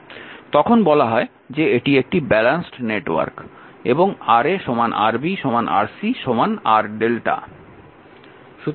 তখন বলা হয় যে এটি একটি ব্যালান্সড নেটওয়ার্ক এবং Ra Rb Rc RlrmΔ